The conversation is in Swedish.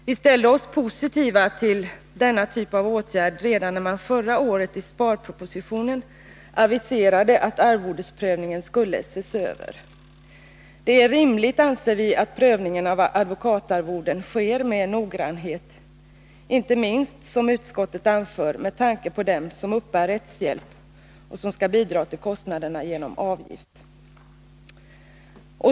Vi ställde oss positiva till denna typ av åtgärd redan när man i förra årets sparproposition aviserade att arvodesprövningen skulle ses över. Det är rimligt, anser vi, att prövning av advokatarvoden sker omsorgsfullt, inte minst, såsom utskottet anför, med tanke på dem som uppbär rättshjälp och skall bidra till kostnaderna genom avgift.